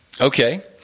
Okay